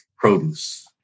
produce